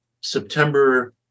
September